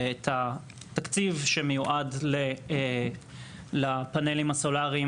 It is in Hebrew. להגדיר את התקציב שמיועד לפאנלים הסולריים